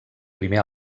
primer